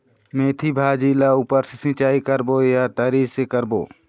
मेंथी भाजी ला ऊपर से सिचाई करबो या तरी से करबो?